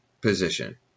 position